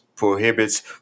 prohibits